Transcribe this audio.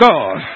God